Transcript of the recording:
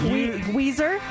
Weezer